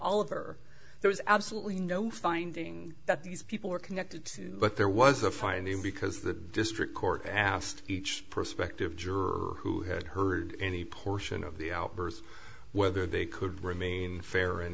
all over there was absolutely no finding that these people were connected but there was a fine then because the district court asked each prospective juror who had heard any portion of the outburst whether they could remain fa